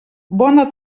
bona